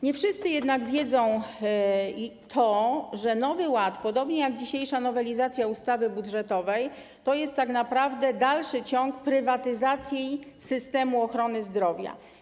Nie wszyscy jednak wiedzą, że Nowy Ład, podobnie jak dzisiejsza nowelizacja ustawy budżetowej, to jest tak naprawdę dalszy ciąg prywatyzacji systemu ochrony zdrowia.